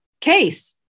case